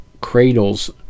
cradles